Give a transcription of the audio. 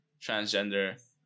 transgender